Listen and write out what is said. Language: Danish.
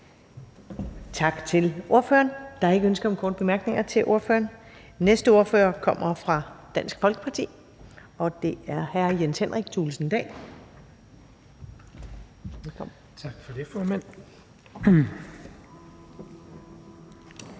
Tak til ordføreren. Der er ikke ønske om korte bemærkninger til ordføreren. Den næste ordfører kommer fra Dansk Folkeparti, og det er hr. Jens Henrik Thulesen Dahl. Velkommen.